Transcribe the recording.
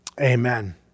amen